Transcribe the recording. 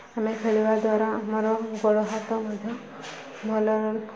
ଆମେ ଖେଳିବା ଦ୍ୱାରା ଆମର ଗୋଡ଼ ହାତ ମଧ୍ୟ ଭଲ